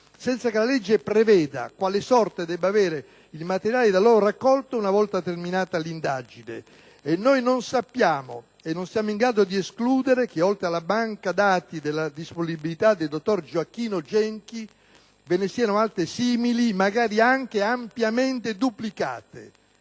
senza che la legge preveda quale sorte debba avere il materiale da loro raccolto una volta terminata l'indagine. Non sappiamo e non siamo in grado di escludere che, oltre alla banca dati nella disponibilità del dottor Gioacchino Genchi, ve ne siano altre simili, magari anche ampiamente duplicate.